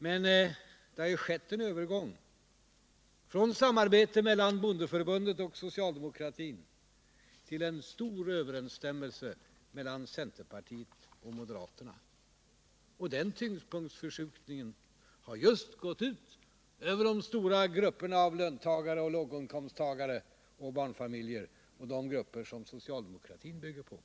Sedan dess har det skett en övergång från samarbete mellan bondeförbundet och socialdemokratin till en stor överensstämmelse mellan centerpartiet och moderaterna. Den tyngdpunktsförskjutningen har just gått ut över de stora grupperna av löntagare och låginkomsttagare och barnfamiljer och de grupper socialdemokratin bygger på.